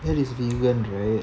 this is vegan right